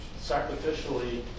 sacrificially